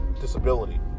disability